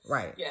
Right